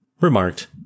remarked